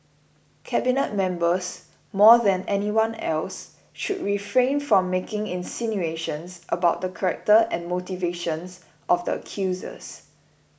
cabinet members more than anyone else should refrain from making insinuations about the character and motivations of the accusers